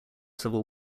civil